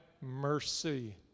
mercy